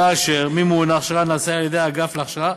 כאשר מימון ההכשרה נעשה על-ידי האגף להכשרה